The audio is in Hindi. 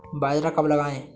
बाजरा कब लगाएँ?